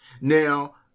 Now